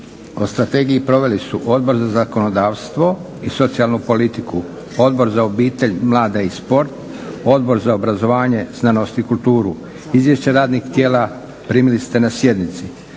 o strategiji proveli su Odbor za zakonodavstvo i socijalnu politiku, Odbor za obitelj, mlade i sport, Odbor za obrazovanje, znanost i kulturu. Izvješća radnih tijela primili ste na sjednici.